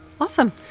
Awesome